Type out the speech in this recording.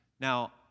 Now